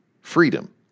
freedom